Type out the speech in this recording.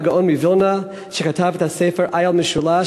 הגאון מווילנה כתב את הספר "איל משולש",